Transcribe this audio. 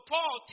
Paul